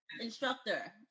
instructor